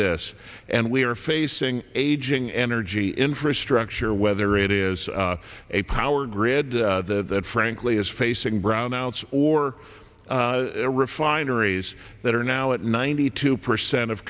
this and we are facing aging energy infrastructure whether it is a power grid that frankly is facing brownouts or refineries that are now at ninety two percent of